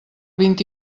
vint